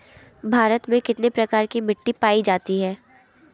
भारत में कितने प्रकार की मिट्टी पायी जाती है?